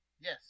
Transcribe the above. yes